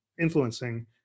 influencing